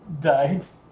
Dice